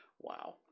wow